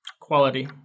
Quality